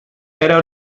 era